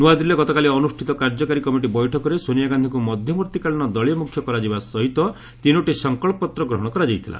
ନୂଆଦିଲ୍ଲୀରେ ଗତକାଲି ଅନୁଷ୍ଠିତ କାର୍ଯ୍ୟକାରୀ କମିଟି ବୈଠକରେ ସୋନିଆ ଗାନ୍ଧୀଙ୍କୁ ମଧ୍ୟବର୍ତ୍ତୀକାଳୀନ ଦଳୀୟ ମୁଖ୍ୟ କରାଯିବା ସହିତ ତିନୋଟି ସଂକଳ୍ପପତ୍ର ଗ୍ରହଣ କରାଯାଇଥିଲା